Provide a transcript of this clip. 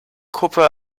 kuppe